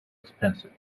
expensive